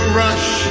rush